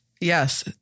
Yes